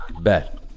Bet